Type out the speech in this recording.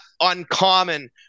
uncommon